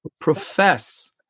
profess